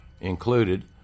included